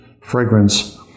fragrance